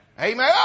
Amen